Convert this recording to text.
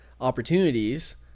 opportunities